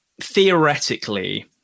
theoretically